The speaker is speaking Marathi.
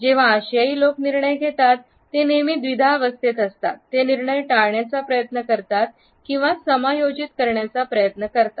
जेव्हा आशियाई लोक निर्णय घेतात ते नेहमी द्विधा अवस्थेत असतात हे निर्णय टाळण्याचा प्रयत्न करतात किंवा समायोजित करण्याचा प्रयत्न करतात